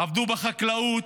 עבדו בחקלאות,